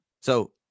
So-